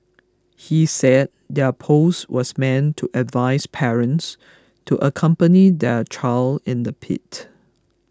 he said their post was meant to advise parents to accompany their child in the pit